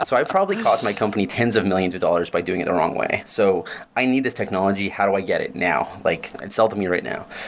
so i probably cost my company tens of millions of dollars by doing it the wrong way. so i need this technology. how do i get it now? like and sell to me right now.